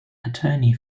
attorney